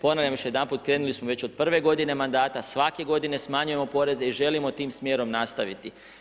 Ponavljam još jedanput, krenuli smo već od prve godine mandata, svake godine smanjujemo poreze i želimo tim smjerom nastaviti.